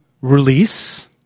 release